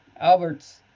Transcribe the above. Albert's